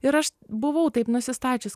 ir aš buvau taip nusistačius